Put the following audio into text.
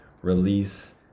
release